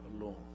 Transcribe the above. alone